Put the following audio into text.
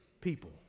people